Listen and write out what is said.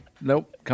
nope